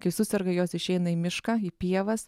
kai suserga jos išeina į mišką į pievas